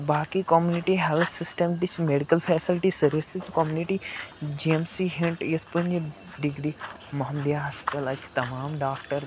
باقی community health health system تہِ چھِ medical facility services community G M C ہِنٛٹ یُس پنٛنہِ ڈگری اَتہِ چھِ تمام ڈاکٹر